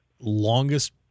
longest